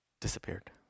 disappeared